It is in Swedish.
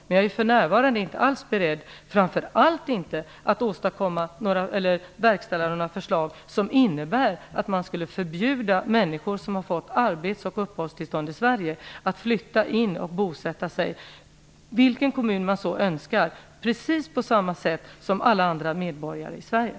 Men jag är för närvarande inte alls beredd att verkställa några förslag som innebär att människor som har fått arbets och uppehållstillstånd i Sverige skulle förbjudas att flytta och bosätta sig i vilken kommun de så önskar, precis på samma sätt som alla andra medborgare i Sverige.